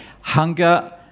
hunger